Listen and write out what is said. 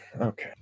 Okay